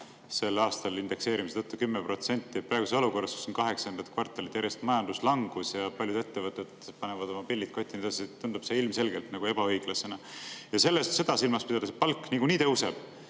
sel aastal indekseerimise tõttu 10%. Praeguses olukorras, kus on kaheksandat kvartalit järjest majanduslangus ja paljud ettevõtted panevad oma pillid kotti, tundub see ilmselgelt ebaõiglasena. Ja seda silmas pidades, et palk nagunii tõuseb,